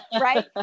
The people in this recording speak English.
Right